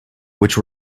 which